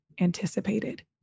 anticipated